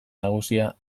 nagusia